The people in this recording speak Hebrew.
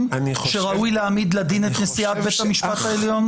שראוי להעמיד לדין את נשיאת בית המשפט העליון?